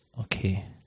Okay